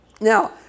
Now